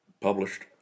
published